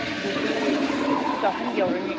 ꯑꯗꯨꯗꯤ ꯆꯍꯨꯝ ꯌꯧꯔꯅꯤ